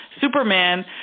Superman